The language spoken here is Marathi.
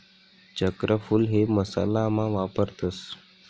चक्रफूल हे मसाला मा वापरतस